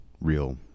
real